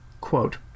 Quote